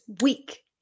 week